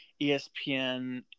ESPN